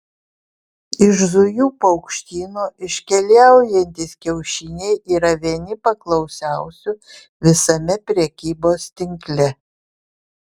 iš zujų paukštyno iškeliaujantys kiaušiniai yra vieni paklausiausių visame prekybos tinkle